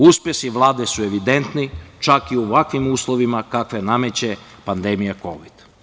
Uspesi Vlade su evidentni, čak i u ovakvim uslovima kakve nameće pandemija kovida.